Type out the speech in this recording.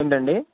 ఏంటండి